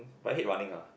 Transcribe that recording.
but I hate running ah